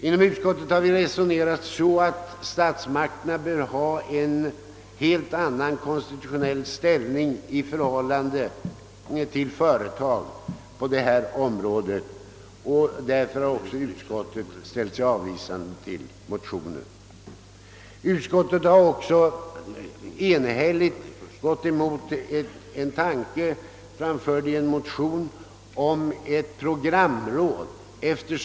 Inom utskottet har vi resonerat så, att statsmakterna bör ha en helt annan konstitutionell ställning i förhållande till företag på detta område. Därför har också utskottet förhållit sig avvisande till motionen. Utskottet har vidare enigt gått emot tanken, framförd i en motion, om ett programråd.